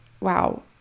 wow